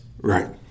Right